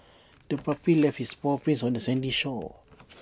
the puppy left its paw prints on the sandy shore